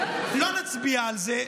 לא נצביע על זה,